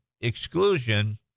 exclusion